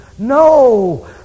No